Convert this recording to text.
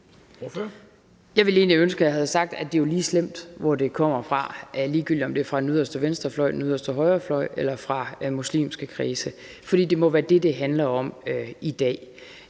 Jeg ville ønske, at jeg havde sagt, at det jo er lige slemt, uanset hvor det kommer fra – ligegyldigt om det er fra den yderste venstrefløj, den yderste højrefløj eller fra muslimske kredse, fordi det må være det, det handler om i dag.